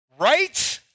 Right